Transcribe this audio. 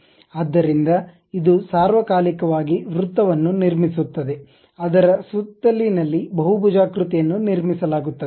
ಆದ್ದರಿಂದ ಇದು ಸಾರ್ವಕಾಲಿಕವಾಗಿ ವೃತ್ತವನ್ನು ನಿರ್ಮಿಸುತ್ತದೆ ಅದರ ಸುತ್ತಲಿನಲ್ಲಿ ಬಹುಭುಜಾಕೃತಿಯನ್ನು ನಿರ್ಮಿಸಲಾಗುತ್ತದೆ